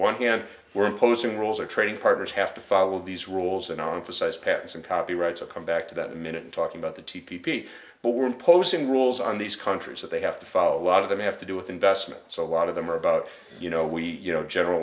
one hand we're imposing rules or trading partners have to follow these rules and on for size patents and copyrights or come back to that minute talking about the t p but we're imposing rules on these countries that they have to follow a lot of them have to do with investments a lot of them are about you know we you know general